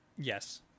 Yes